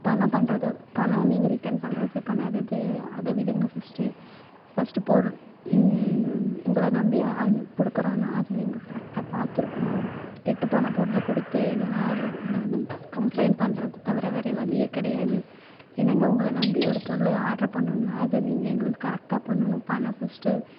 பணம் பண்ணுறது பணம் நீங்கள் ரிட்டன் பண்ணுறது பண்ணாதது அதை விடுங்க ஃபஸ்ட்டு ஃபஸ்ட்டு பொருள் உங்களை நம்பி கொடுக்குறோன்னா அதை நீங்கள் கரெக்டாக பாத்திருக்குணும் கெட்டுப்போன பொருளை கொடுத்து இதெல்லாம் கம்ப்ளைண்ட் பண்ணுறத தவிர வேற வழியே கிடையாது என்னங்க உங்களை நம்பி ஒரு பொருள் ஆட்ரு பண்ணும்னா அது நீங்கள் எங்களுக்கு கரெக்டாக பண்ணணும் பணம் ஃபஸ்ட்டு